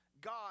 God